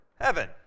heaven